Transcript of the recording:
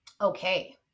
okay